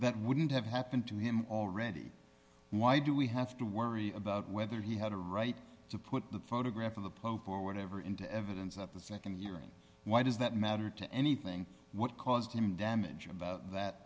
that wouldn't have happened to him already why do we have to worry about whether he had a right to put the photograph of the pope or whatever into evidence of the nd year in why does that matter to anything what caused him damage about that